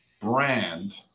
Brand